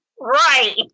Right